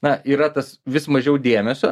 na yra tas vis mažiau dėmesio